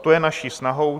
To je naší snahou.